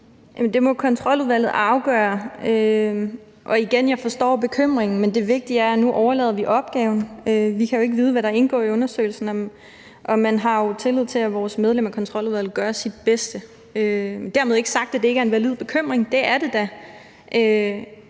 det må Kontroludvalget afgøre. Og igen: Jeg forstår bekymringen, men det vigtige er, at nu overdrager vi opgaven. Vi kan jo ikke vide, hvad der indgår i undersøgelsen, og vi har tillid til, at vores medlem af Kontroludvalget gør sit bedste. Dermed ikke sagt, at det ikke er en valid bekymring; det er det da.